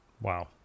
Wow